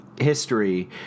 History